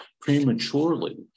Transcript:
prematurely